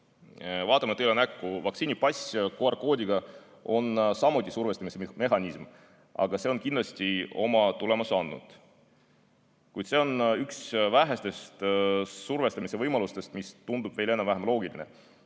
Vaatame tõele näkku! Vaktsiinipass QR-koodiga on samuti survestamise mehhanism, aga see on kindlasti oma tulemuse andnud. Kuid see on üks vähestest survestamise võimalustest, mis tundub meile enam-vähem loogiline.